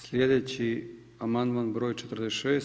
Slijedeći amandman broj 46.